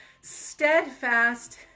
steadfast